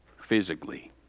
physically